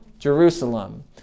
Jerusalem